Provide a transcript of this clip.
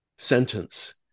sentence